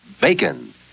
bacon